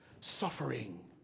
suffering